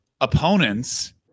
opponents